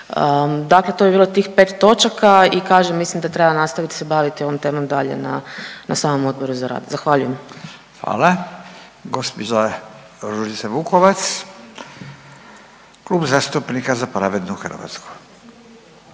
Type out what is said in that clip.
Dakle to je bilo tih 5 točaka i kažem, mislim da treba nastaviti se baviti ovom temom dalje na samom Odboru za rad. Zahvaljujem. **Radin, Furio (Nezavisni)** Hvala. Gđa Ružica Vukovac, Kluba zastupnika Za pravednu Hrvatsku.